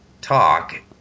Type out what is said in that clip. talk